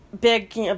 big